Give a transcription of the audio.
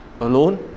Alone